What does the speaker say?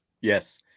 Yes